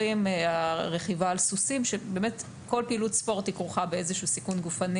כל פעילות ספורט כרוכה באיזה שהוא סיכון גופני